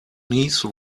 niece